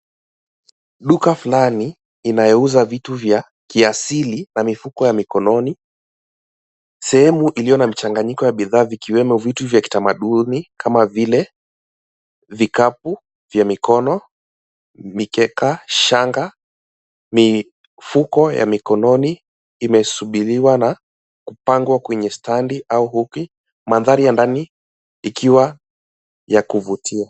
Duka fulani inayouza vitu vya kiasili na mifuko ya mikononi. Sehemu iliyo na mchanganyiko ya bidhaa ikiwemo vitu vya kitamaduni, kama vile: vikapu vya mikono, mikeka, shanga, mifuko ya mikononi, imesubiliwa na kupangwa kwenye standi au hooki , mandhari ya ndani ikiwa ya kuvutia.